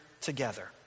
together